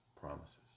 promises